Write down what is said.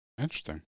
Interesting